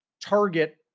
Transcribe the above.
target